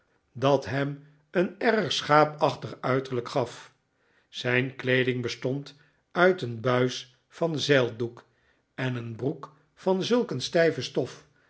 dat hem een erg schaapachtig uiterlijk gaf zijn kleeding bestond uit een buis van zeildoek en een broek van zulk een stijve stof